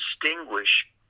distinguish